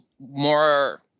more